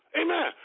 Amen